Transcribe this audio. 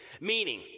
meaning